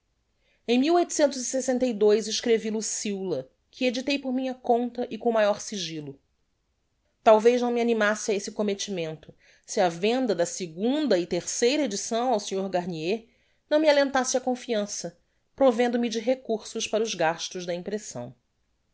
em escrevi luciola que edictei por minha conta e com o maior sigillo talvez não me animasse á esse comettimento si a venda da segunda e terceira edição ao sr garnier não me alentasse a confiança provendo me de recursos para os gastos da impressão